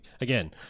again